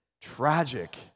tragic